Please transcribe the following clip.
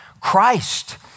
Christ